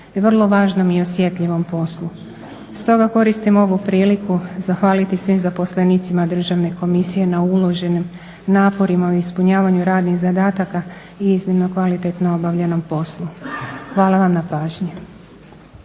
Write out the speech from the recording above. u vrlo važnom i osjetljivom poslu. Stoga koristim ovu priliku zahvaliti se svim zaposlenicima Državne komisije na uloženim naporima u ispunjavanju radnih zadataka i iznimno kvalitetno obavljenom poslu. Hvala vam na pažnji.